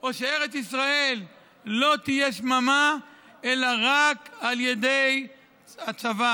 או שארץ ישראל לא תהיה שממה אלא רק על ידי הצבא.